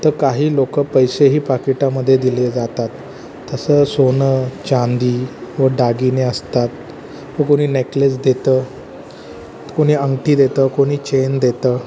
तर काही लोक पैसेही पाकिटामध्ये दिले जातात तसं सोनं चांदी व दागिने असतात व कुणी नेकलेस देतं कुणी अंगठी देतं कुणी चेन देतं